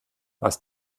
was